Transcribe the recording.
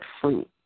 fruit